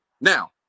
Now